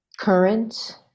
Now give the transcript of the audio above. current